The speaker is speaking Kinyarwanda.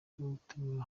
guteranya